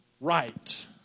right